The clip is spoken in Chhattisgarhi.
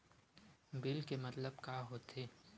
बिल के मतलब का होथे?